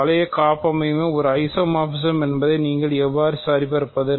வளைய காப்பமைவியம் ஒரு ஐசோமோரபிஸம் என்பதை நீங்கள் எவ்வாறு சரிபார்ப்பது